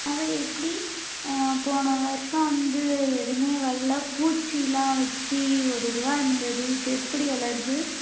அதுதான் எப்படி போன வருஷம் வந்து எதுவுமே வர்லை பூச்சியெலாம் வச்சு ஒரு இதுவாக இருந்தது இப்போ எப்படி வளருது